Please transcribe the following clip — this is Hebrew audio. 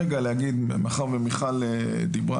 מאחר ומיכל דיברה,